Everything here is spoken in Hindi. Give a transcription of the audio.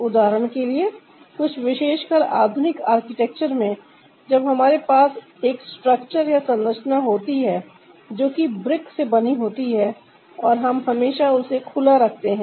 उदाहरण के लिए कुछ विशेषकर आधुनिक आर्किटेक्चर में जब हमारे पास एक स्ट्रक्चर या संरचना होती है जो कि ब्रिक से बनी होती है और हम हमेशा उसे खुला रखते हैं